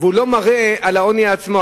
והוא לא מראה על העוני עצמו,